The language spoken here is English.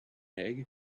egg